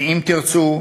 ואם תרצו,